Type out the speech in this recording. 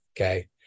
Okay